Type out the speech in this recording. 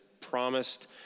promised